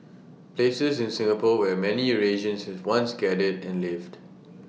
places in Singapore where many Eurasians once gathered and lived